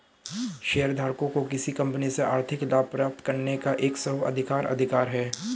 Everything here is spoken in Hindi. शेयरधारकों को किसी कंपनी से आर्थिक लाभ प्राप्त करने का एक स्व अधिकार अधिकार है